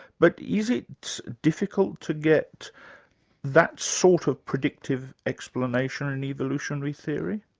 but is it difficult to get that sort of predictive explanation in evolutionary theory?